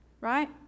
right